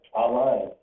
online